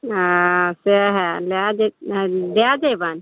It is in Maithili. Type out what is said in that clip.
हँ सएह लऽ जाय जैबनि